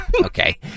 okay